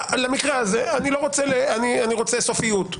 למקרה הזה אני רוצה סופיות.